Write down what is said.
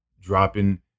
dropping